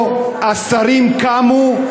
פה השרים קמו.